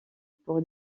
pour